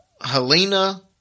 Helena